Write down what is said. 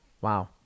Wow